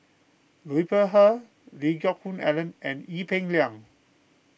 Liu Peihe Lee Geck Hoon Ellen and Ee Peng Liang